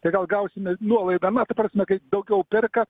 tai gal gausime nuolaidą na ta prasme kai daugiau perka